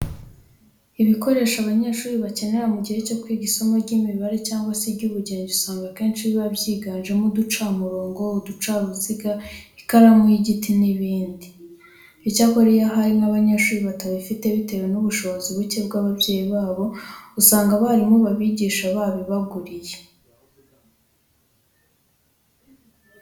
Ibikoresho abanyeshuri bakenera mu gihe bari kwiga isomo ry'imibare cyangwa se iry'ubugenge usanga akenshi biba byiganjemo uducamurongo, uducaruziga, ikaramu y'igiti n'ibindi. Icyakora iyo hari nk'abanyeshuri batabifite bitewe n'ubushobozi buke bw'ababyeyi babo, usanga abarimu babigisha babibaguriye.